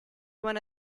one